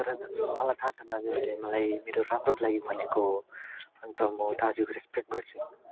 तर मलाई थाहा छ दाजुहरूले मलाई मेरो राम्रोको लागि भनेको हो अन्त म दाजुको रेस्पेक्ट गर्छु